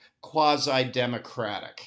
quasi-democratic